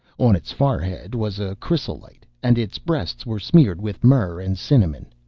on its forehead was a chrysolite, and its breasts were smeared with myrrh and cinnamon.